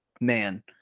man